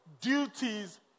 duties